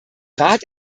rat